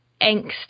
angst